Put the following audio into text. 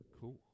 Cool